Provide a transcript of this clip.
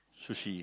sushi